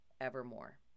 evermore